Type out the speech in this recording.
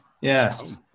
Yes